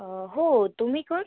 हो तुम्ही कोण